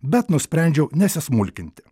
bet nusprendžiau nesismulkinti